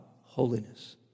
holiness